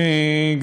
תודה לך,